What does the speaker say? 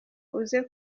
uze